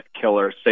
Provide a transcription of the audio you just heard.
killer